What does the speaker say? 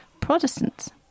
Protestants